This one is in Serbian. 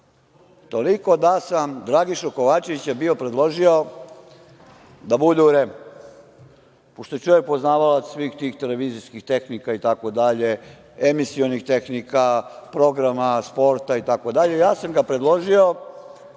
toliko da sam Dragišu Kovačevića bio predložio da bude u REM-u, pošto je čovek poznavalac svih tih televizijskih tehnika itd, emisionih tehnika, programa, sporta itd, ja sam ga predložio